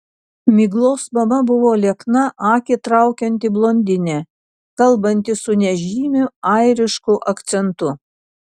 miglos mama buvo liekna akį traukianti blondinė kalbanti su nežymiu airišku akcentu